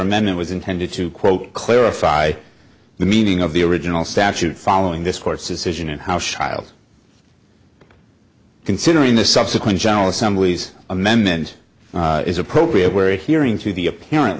r men it was intended to quote clarify the meaning of the original statute following this court's decision and how schild considering the subsequent general assemblies amendment is appropriate where a hearing to the apparent